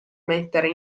mettere